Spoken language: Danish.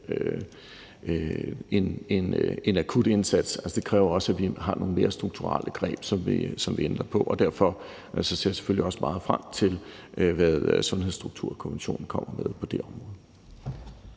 en akut indsats. Det kræver også, at vi har nogle mere strukturelle greb, som vi ændrer på, og derfor ser jeg selvfølgelig også meget frem til at se, hvad Sundhedsstrukturkommissionen kommer med på det område.